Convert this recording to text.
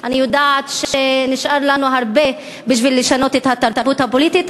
אני יודעת שנשאר לנו הרבה בשביל לשנות את התרבות הפוליטית.